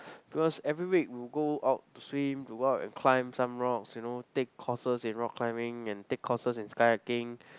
because every week we'll go out to swim to go out and climb some rocks you know take courses in rock climbing and take courses in kayaking